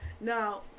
Now